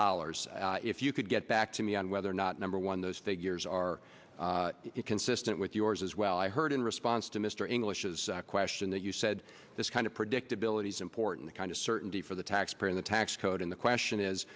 dollars if you could get back to me on whether or not number one those figures are it consistent with yours as well i heard in response to mr englishes question that you said this kind of predictability is important kind of certainty for the taxpayer in the tax code and the question is